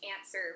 answer